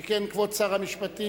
שכן כבוד שר המשפטים,